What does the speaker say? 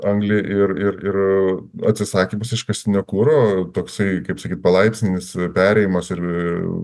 anglį ir ir ir atsisakymas iškastinio kuro toksai kaip sakyt palaipsninis perėjimas ir